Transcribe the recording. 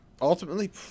ultimately